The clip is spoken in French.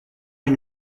une